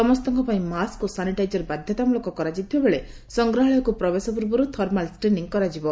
ସମସ୍ତଙ୍କ ପାଇଁ ମାସ୍କ୍ ଓ ସାନିଟାଇଜର୍ ବାଧ୍ଧତା ମୂଳକ କରାଯାଇଥିବା ବେଳେ ସଂଗ୍ରହାଳୟକୁ ପ୍ରବେଶ ପୂର୍ବରୁ ଥର୍ମାଲ୍ ସ୍କ୍ରିନିଂ କରାଯିବ